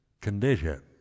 condition